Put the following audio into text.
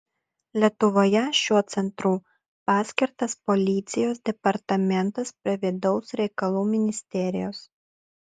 lietuvoje šiuo centru paskirtas policijos departamentas prie vidaus reikalų ministerijos